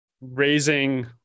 raising